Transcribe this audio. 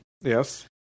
Yes